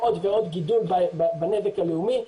עוד ועוד גידול בנזק הלאומי.